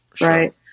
right